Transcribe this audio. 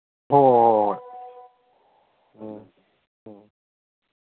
ꯍꯣꯏ ꯍꯣꯏ ꯍꯣꯏ ꯎꯝ ꯎꯝ